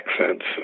accents